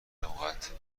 لغت